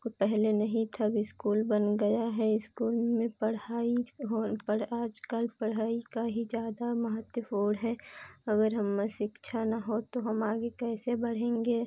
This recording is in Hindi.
को पहले नहीं था अब इस्कूल बन गया है इस्कूल में पढ़ाई हो आज कल पढ़ाई का ही ज़्यादा महत्वपूर्ण है अगर हम शिक्षा न हो तो हम आगे कैसे बढ़ेंगे